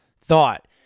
thought